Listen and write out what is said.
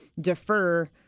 defer